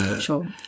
Sure